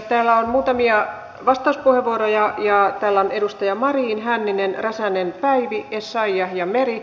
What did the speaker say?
täällä on muutamia vastauspuheenvuoroja täällä on edustaja marin hänninen räsänen päivi essayah ja meri